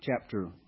chapter